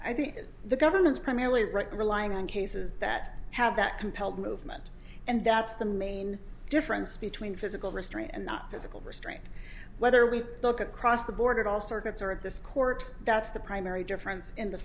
i think that the government's primarily right relying on cases that have that compelled movement and that's the main difference between physical restraint and not physical restraint whether we look across the board at all circuits or at this court that's the primary difference in the